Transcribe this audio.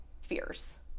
fears